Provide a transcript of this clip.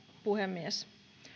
puhemies